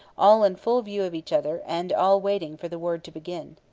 all in full view of each other, and all waiting for the word to begin.